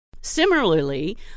Similarly